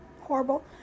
horrible